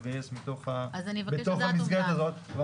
לגייס בתוך המסגרת הזאת.